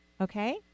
Okay